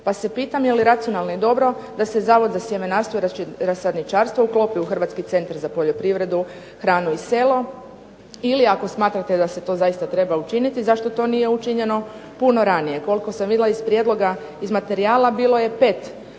pa se pitam je li racionalno i dobro da se Zavod za sjemenarstvo i rasadničarstvo uklopi u Hrvatski centar za poljoprivredu, hranu i selo ili ako smatrate da se to zaista treba učiniti, zašto to nije učinjeno puno ranije. Koliko sam vidjela iz prijedloga iz materijala bilo je pet